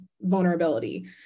vulnerability